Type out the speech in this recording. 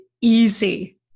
easy